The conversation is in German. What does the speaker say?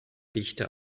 dichte